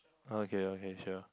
okay okay sure